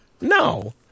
No